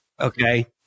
Okay